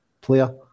player